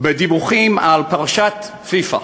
בדיווחים על פרשת פיפ"א,